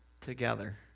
together